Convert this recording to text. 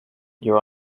yer